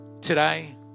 Today